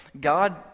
God